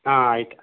ಹಾಂ ಆಯಿತು